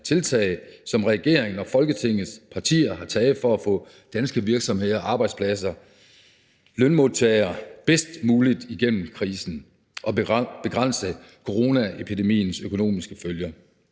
som regeringen og Folketingets partier har taget for at få danske virksomheder, arbejdspladser og lønmodtagere bedst muligt igennem krisen og for at begrænse coronaepidemiens økonomiske følger.